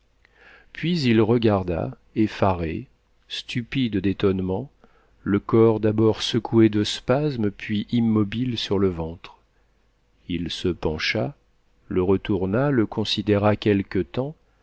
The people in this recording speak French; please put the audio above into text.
puis il regarda effaré stupide d'étonnement le corps d'abord secoué de spasmes puis immobile sur le ventre il se pencha le retourna le considéra quelque temps